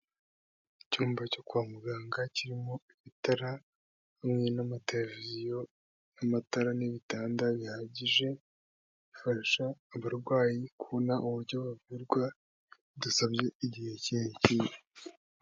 Icyumba cyo kwa muganga kirimo itara hamwe n'amateleviziyo n'amatara n'ibitanda bihagije, bifasha abarwayi kubona uburyo bavurwa bidasabye igihe kirekire.